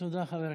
תודה, חבר הכנסת.